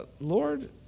Lord